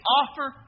offer